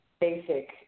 basic